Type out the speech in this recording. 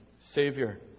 Savior